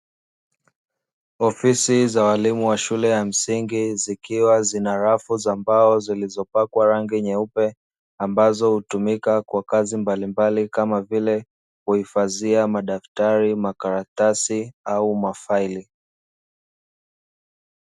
Ofisi za walimu wa shule ya msingi, zikiwa zina rafu za mbao zilizopakwa rangi nyeupe, ambazo hutumika kwa kazi mbalimbali kama vile; kuhifadhia madaftari, makaratasi au mafaili.